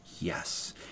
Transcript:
yes